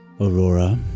Aurora